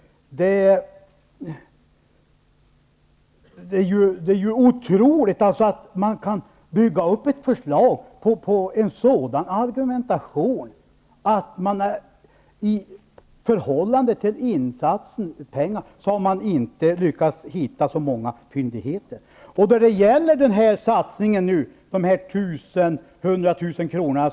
Det är otroligt att regeringen kan bygga upp ett förslag på argumentationen, att man hittills inte har lyckats hitta så många fyndigheter i förhållande till insatsen i pengar. Då det gäller satsningen på 100 000 kr.